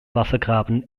wassergraben